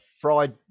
fried